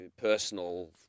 personal